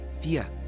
fear